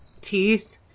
teeth